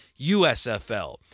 USFL